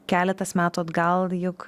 keletas metų atgal juk